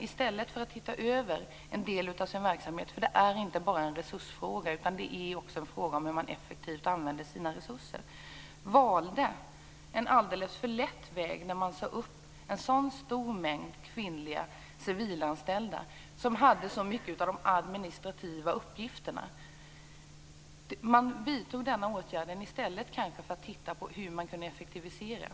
Det är inte bara en resursfråga, utan det är också en fråga om hur man effektivt använder sina resurser. I stället för att se över en del av sin verksamhet valde man en alldeles för lätt väg när man sade upp en så stor mängd kvinnliga civilanställda, som hade så mycket av de administrativa uppgifterna. Man vidtog denna åtgärd i stället för att titta på hur man kunde effektivisera.